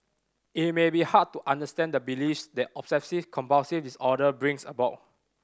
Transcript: it may be hard to understand the beliefs that obsessive compulsive disorder brings about